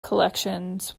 collections